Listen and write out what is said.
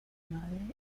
madre